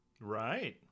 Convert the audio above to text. Right